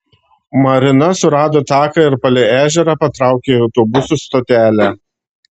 marina surado taką ir palei ežerą patraukė į autobusų stotelę